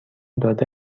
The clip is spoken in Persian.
داده